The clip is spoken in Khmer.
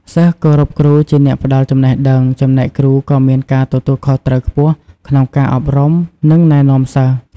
សិស្សគោរពគ្រូជាអ្នកផ្តល់ចំណេះដឹង ចំណែកគ្រូក៏មានការទទួលខុសត្រូវខ្ពស់ក្នុងការអប់រំ និងណែនាំសិស្ស។